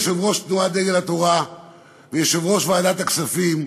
יושב-ראש תנועת דגל התורה ויושב-ראש ועדת הכספים,